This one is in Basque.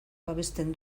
babesten